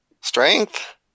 Strength